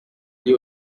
ملی